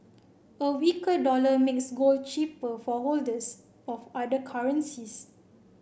a weaker dollar makes gold cheaper for holders of other currencies